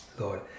Lord